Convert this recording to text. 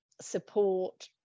support